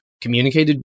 communicated